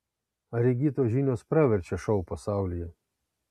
ar įgytos žinios praverčia šou pasaulyje